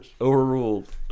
Overruled